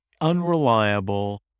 unreliable